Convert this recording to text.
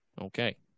Okay